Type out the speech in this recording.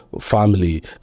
family